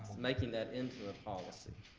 making that into a policy.